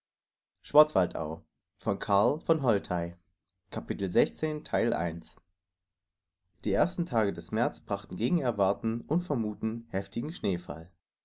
die ersten tage des märz brachten gegen erwarten und vermuthen heftigen schneefall